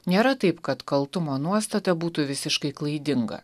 nėra taip kad kaltumo nuostata būtų visiškai klaidinga